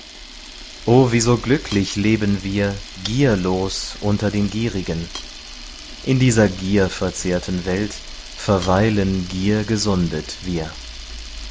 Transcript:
o wie so glücklich leben wir gierlos unter den gierigen in dieser gierverzehrten welt verweilen giergesundet wir